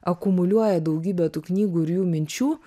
akumuliuoja daugybę tų knygų ir jų minčių